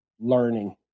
learning